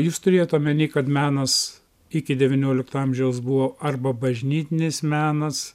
jūs turėjot omeny kad menas iki devyniolikto amžiaus buvo arba bažnytinis menas